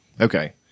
Okay